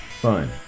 Fine